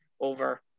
over